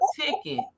ticket